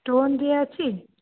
stone ବି ଅଛି